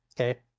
Okay